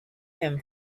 him